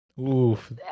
Oof